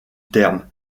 terme